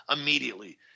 immediately